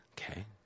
Okay